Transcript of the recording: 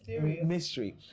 mystery